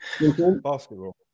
Basketball